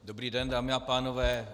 Dobrý den, dámy a pánové.